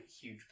huge